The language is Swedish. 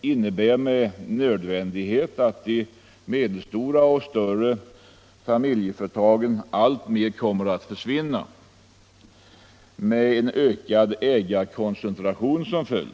innebär med nödvändighet att de medelstora och större familjeföretagen alltmer kommer att försvinna, med en ökad ägarkoncentration som följd.